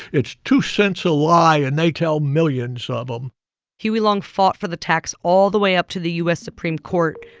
it's two cents a lie, and they tell millions of ah them huey long fought for the tax all the way up to the u s. supreme court,